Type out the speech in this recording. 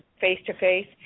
face-to-face